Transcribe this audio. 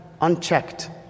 unchecked